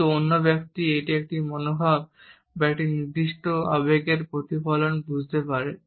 কিন্তু অন্য ব্যক্তি এটি একটি মনোভাব বা একটি নির্দিষ্ট আবেগের প্রতিফলন হিসাবে বুঝতে পারে